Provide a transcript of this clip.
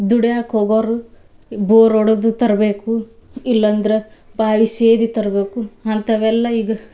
ದುಡಿಯಾಕೆ ಹೋಗೋವರು ಬೋರ್ ಹೊಡ್ದು ತರಬೇಕು ಇಲ್ಲಂದ್ರೆ ಬಾವಿ ಸೇದಿ ತರಬೇಕು ಅಂಥವೆಲ್ಲ ಈಗ